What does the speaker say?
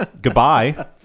goodbye